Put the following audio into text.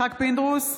יצחק פינדרוס,